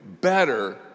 better